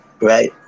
right